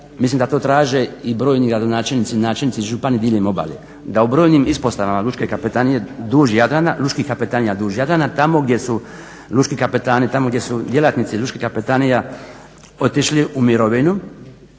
mislim da to traže i brojni gradonačelnici, načelnici, župani diljem obale da u brojnim ispostavama lučke kapetanije duž Jadrana, lučkih kapetanija duž Jadrana tamo gdje su lučki kapetani, tamo gdje su djelatnici lučkih kapetanija otišli u mirovinu